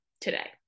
today